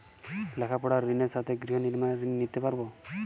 লেখাপড়ার ঋণের সাথে গৃহ নির্মাণের ঋণ নিতে পারব?